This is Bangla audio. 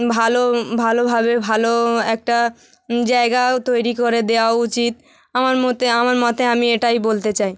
ভালো ভালোভাবে ভালো একটা জায়গাও তৈরি করে দেওয়া উচিত আমার মতে আমার মতে আমি এটাই বলতে চাই